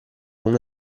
una